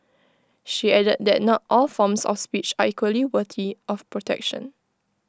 she added that not all forms of speech are equally worthy of protection